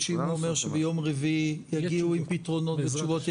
שאם הוא אומר שביום רביעי יגיעו עם פתרונות ותשובות,